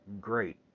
great